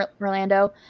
Orlando